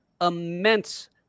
immense